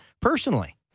personally